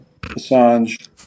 Assange